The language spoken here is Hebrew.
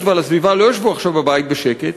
ועל הסביבה לא ישבו עכשיו בבית בשקט,